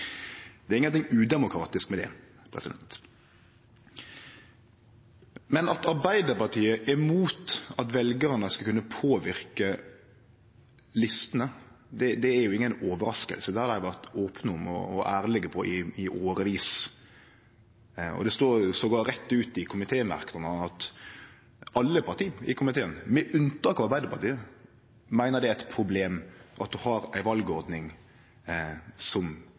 Det er ingen ting udemokratisk med det. At Arbeidarpartiet er mot at veljarane skal kunne påverke listene, er inga overrasking. Det har dei vore opne om og ærlege på i årevis, og det står til og med rett ut i komitémerknadene at alle partia i komiteen, med unntak av Arbeidarpartiet, meiner at det er eit problem at vi har ei valordning som